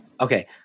Okay